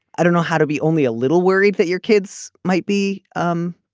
i don't know how to be only a little worried that your kids might be um